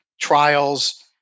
trials